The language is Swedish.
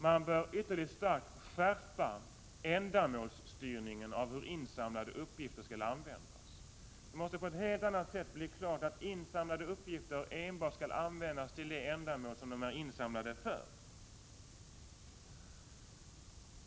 Man bör ytterligt starkt skärpa ändamålsstyrningen av hur insamlade uppgifter skall användas. Det måste på ett helt annat sätt bli klart att insamlade uppgifter enbart skall användas till det ändamål som de är insamlade för.